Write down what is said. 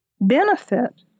benefit